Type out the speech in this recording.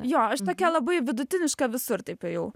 jo aš tokia labai vidutiniška visur taip ejau